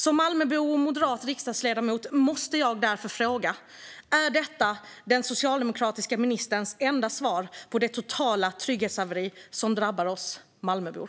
Som Malmöbo och moderat riksdagsledamot måste jag därför fråga: Är detta den socialdemokratiska ministerns enda svar på det totala trygghetshaveri som drabbar oss Malmöbor?